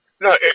No